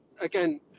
again